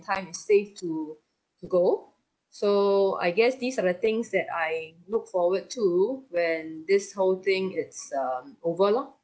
time safe to go so I guess these are the things that I look forward to when this whole thing it's um over lor